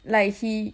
like he